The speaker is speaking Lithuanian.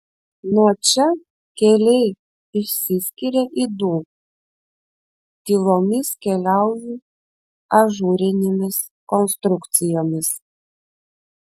nuo čia keliai išsiskiria į du tylomis keliauju ažūrinėmis konstrukcijomis